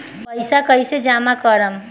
पैसा कईसे जामा करम?